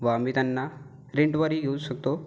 व आम्ही त्यांना रेंटवरही घेऊ शकतो